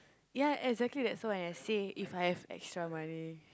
ya exactly that so when I say if I have extra money